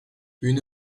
une